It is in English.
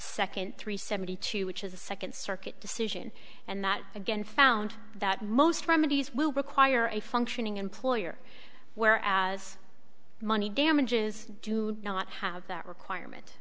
second three seventy two which is the second circuit decision and that again found that most remedies will require a functioning employer whereas money damages do not have that requirement